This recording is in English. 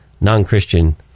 non-Christian